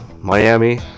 Miami